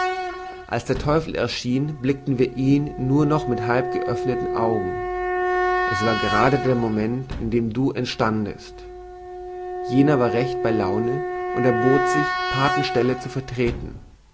als der teufel erschien erblickten wir ihn nur noch mit halb geöffneten augen es war grade der moment in dem du entstandest jener war recht bei laune und erbot sich pathenstelle zu vertreten